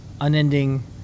Unending